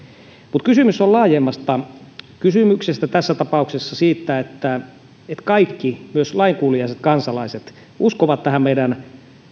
mutta kysymys on laajemmasta kysymyksestä tässä tapauksessa siitä että kaikki myös lainkuuliaiset kansalaiset uskovat tähän meidän